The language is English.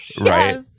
right